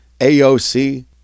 AOC